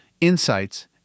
insights